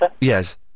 Yes